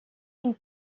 une